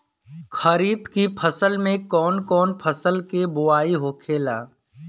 खरीफ की फसल में कौन कौन फसल के बोवाई होखेला?